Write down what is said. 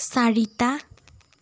চাৰিটা